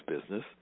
business